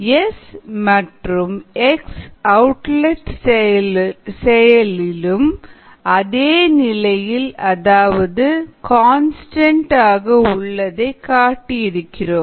S மற்றும் x outlet செயலிலும் அதே நிலையில் அதாவது கன்ஸ்டன்ட் ஆக உள்ளதாக காட்டியிருக்கிறோம்